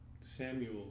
Samuel